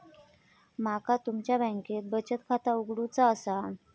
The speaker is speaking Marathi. माका तुमच्या बँकेत बचत खाता उघडूचा असा?